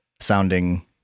sounding